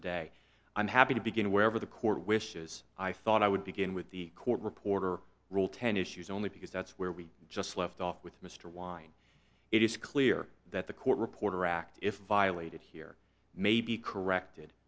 today i'm happy to begin wherever the court wishes i thought i would begin with the court reporter rule ten issues only because that's where we just left off with mr wind it is clear that the court reporter act if violated here may be corrected